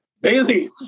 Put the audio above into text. Bailey